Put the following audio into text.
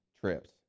trips